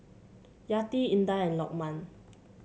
Yati Indah and Lokman